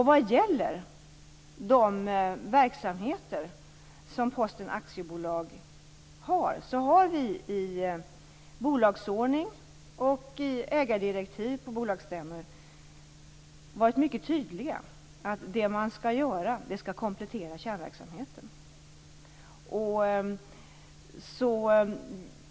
Vad gäller Posten AB:s verksamheter har vi i bolagsordning och i ägardirektiv på bolagsstämmor varit mycket tydliga: Det Posten gör skall komplettera kärnverksamheten.